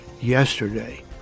yesterday